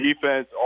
defense